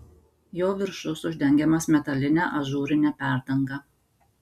jo viršus uždengiamas metaline ažūrine perdanga